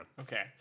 okay